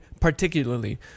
particularly